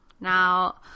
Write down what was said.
Now